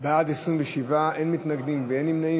בעד, 27, אין מתנגדים ואין נמנעים.